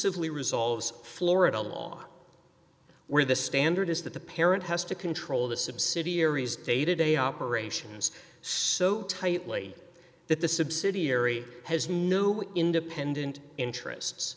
ely resolves florida law where the standard is that the parent has to control the subsidiaries day to day operations so tightly that the subsidiary has no independent interests